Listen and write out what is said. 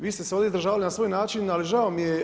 Vi ste se ovdje izražavali na svoj način ali žao mi je.